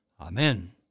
Amen